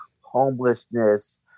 homelessness